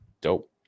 dope